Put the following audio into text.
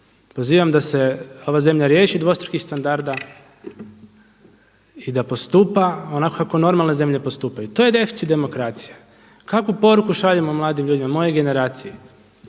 Pozivam da se ova zemlja riješi dvostrukih standarda i da postupa onako kako normalne zemlje postupaju, to je deficit demokracije. Kakvu poruku šaljemo mladim ljudima moje generacije?